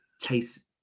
taste